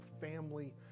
family